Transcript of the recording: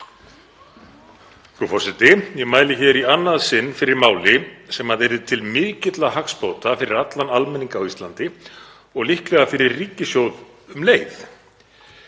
Frú forseti. Ég mæli hér í annað sinn fyrir máli sem yrði til mikilla hagsbóta fyrir allan almenning á Íslandi og líklega fyrir ríkissjóð um leið.